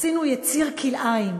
עשינו יציר כלאיים.